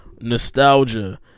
nostalgia